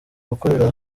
gukorera